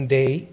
day